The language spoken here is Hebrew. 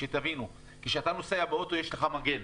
תבינו, כשאתה נוסע באוטו יש לך מגן,